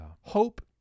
Hope